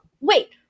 wait